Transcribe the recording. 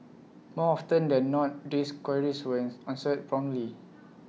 more often than not these queries were as answered promptly